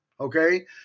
okay